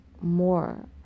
more